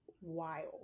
wild